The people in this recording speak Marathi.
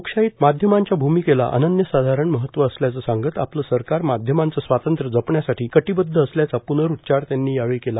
लोकशाहीत माध्यमांच्या भूमिकेला अनन्यसाधारण महत्व असल्याचं सांगत आपलं सरकार माध्यमांचं स्वातंत्र्य जपण्यासाठी कटिबद्ध असल्याचा पुनरूच्चार त्यांनी यावेळी केला